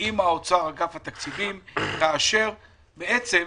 ועם אגף התקציבים במשרד האוצר.